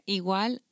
igual